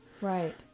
Right